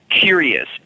Curious